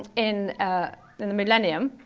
in ah in the millennium,